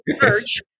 church